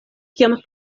kiam